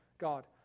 God